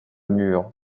mur